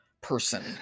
person